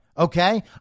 Okay